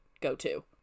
go-to